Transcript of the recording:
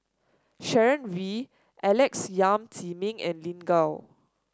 Sharon Wee Alex Yam Ziming and Lin Gao